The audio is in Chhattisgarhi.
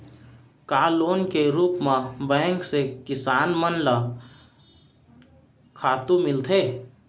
का लोन के रूप मा बैंक से किसान मन ला खातू मिलथे?